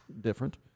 different